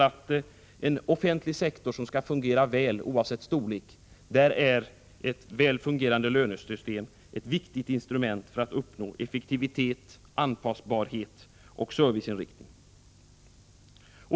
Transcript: I en offentlig sektor som skall fungera väl oavsett storlek är ett väl fungerande lönesystem ett viktigt instrument för att uppnå effektivitet, anpassbarhet och serviceinriktning.